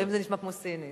לפעמים זה נשמע כמו סינית.